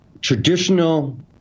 traditional